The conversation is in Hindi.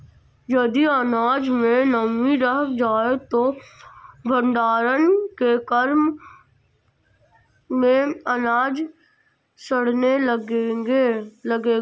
यदि अनाज में नमी रह जाए तो भण्डारण के क्रम में अनाज सड़ने लगेगा